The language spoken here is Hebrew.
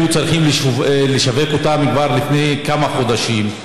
היה צריך לשווק אותם כבר לפני כמה חודשים.